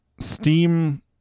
steam